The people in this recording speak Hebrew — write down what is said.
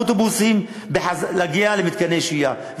ולשר הפנים לקחת אותם באותם אוטובוסים בחזרה למתקני השהייה.